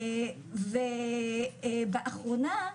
באחרונה,